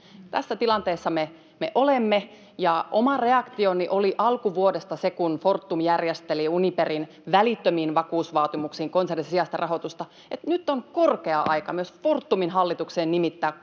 Tässä tilanteessa me olemme. Oma reaktioni alkuvuodesta, kun Fortum järjesteli Uniperin välittömiin vakuusvaatimuksiin konsernin sisäistä rahoitusta, oli se, että nyt on korkea aika myös Fortumin hallitukseen nimittää